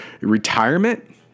retirement